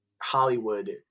Hollywood